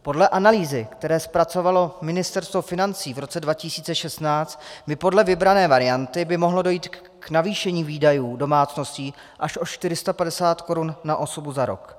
Podle analýzy, kterou zpracovalo Ministerstvo financí v roce 2016, by podle vybrané varianty mohlo dojít k navýšení výdajů domácností až o 450 korun na osobu za rok.